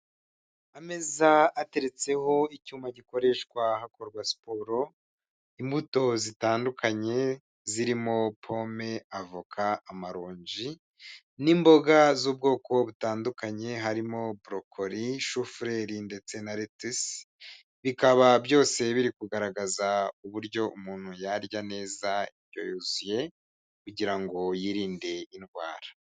Ameza ateretseho icyuma gikoreshwa hakorwa sporo, imbuto zitandukanye zirimo pome, avoka, amaronji n'imboga z'ubwoko butandukanye harimo borokori, shufureri ndetse na retesi, bikaba byose biri kugaragaza uburyo umuntu yarya neza indyo yuzuye kugira ngo ngo yirinde indwara.